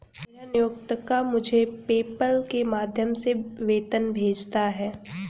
मेरा नियोक्ता मुझे पेपैल के माध्यम से वेतन भेजता है